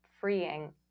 freeing